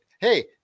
Hey